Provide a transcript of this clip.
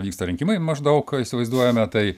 vyksta rinkimai maždaug įsivaizduojame tai